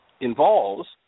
involves